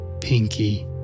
Pinky